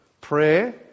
prayer